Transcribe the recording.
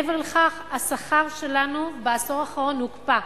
מעבר לכך, השכר שלנו בעשור האחרון הוקפא.